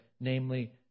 namely